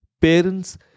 Parents